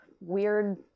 weird